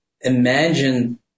imagine